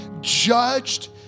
judged